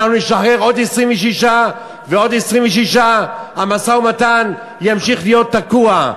אנחנו נשחרר עוד 26 ועוד 26. המשא-ומתן ימשיך להיות תקוע.